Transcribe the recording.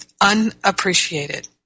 unappreciated